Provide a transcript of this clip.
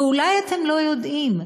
אולי אתם לא יודעים,